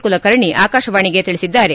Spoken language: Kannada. ಕುಲಕರ್ಣಿ ಆಕಾಶವಾಣಿಗೆ ತಿಳಿಸಿದ್ದಾರೆ